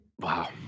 Wow